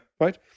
Right